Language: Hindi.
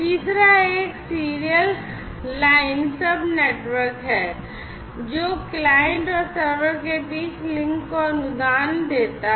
तीसरा एक सीरियल लाइन सब नेटवर्क है जो क्लाइंट और सर्वर के बीच लिंक को अनुदान देता है